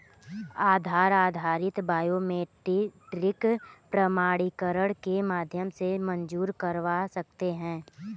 आधार आधारित बायोमेट्रिक प्रमाणीकरण के माध्यम से मंज़ूर करवा सकते हैं